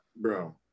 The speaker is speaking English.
Bro